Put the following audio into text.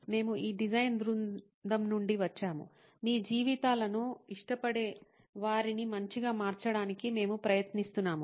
మేము ఈ డిజైన్ బృందం నుండి వచ్చాము మీ జీవితాలను ఇష్టపడే వారిని మంచిగా మార్చడానికి మేము ప్రయత్నిస్తున్నాము